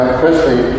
firstly